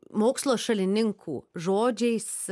mokslo šalininkų žodžiais